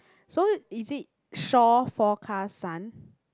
so is it shore forecast sun